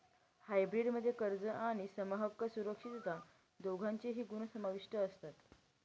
hybrid मध्ये कर्ज आणि समहक्क सुरक्षितता दोघांचेही गुण समाविष्ट असतात